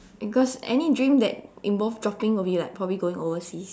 because any dream that involve dropping will be like probably going overseas